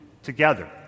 together